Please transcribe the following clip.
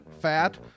fat